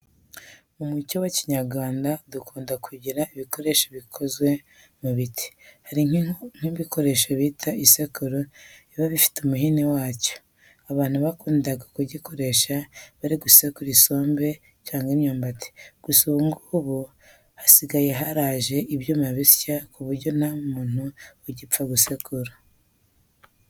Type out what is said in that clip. Mu muco wa Kinyarwanda dukunda kugira ibikoresho bikoze mu biti. Hari nk'igikoresho bita isekuru kiba gifite n'umuhini wacyo, abantu bakundaga kugikoresha bari gusekura isombe cyangwa imyumbati, gusa ubu ngubu hasigaye haraje ibyuma bishya ku buryo nta muntu ugipfa gusekura.